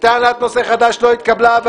טענת נושא חדש לא התקבלה.